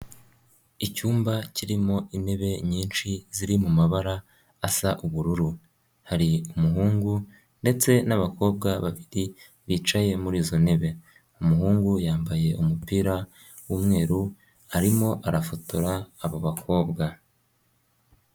Icyumba kirimo intebe nyinshi ziri mu mabara asa ubururu, hari umuhungu ndetse n'abakobwa babiri bicaye muri izo ntebe, umuhungu yambaye umupira w'umweru arimo arafotora abo bakobwa.